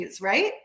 right